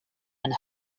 and